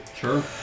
Sure